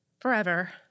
forever